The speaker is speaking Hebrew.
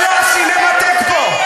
זה לא הסינמטק פה.